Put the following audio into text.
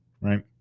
right